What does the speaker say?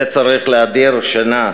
זה צריך להדיר שינה.